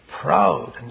proud